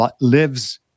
lives